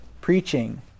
preaching